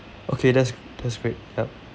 okay that's that's great yup